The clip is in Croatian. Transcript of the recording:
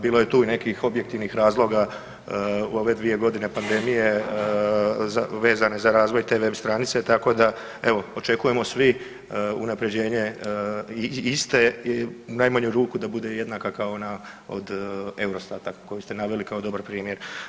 Bilo je tu i nekih objektivnih razloga u ove dvije godine pandemije vezano za razvoj te web stranice, tako da evo očekujemo svi unapređenje iste u najmanju ruku da bude jednaka kao ona od EUROSTAT-a koju ste naveli kao dobar primjer.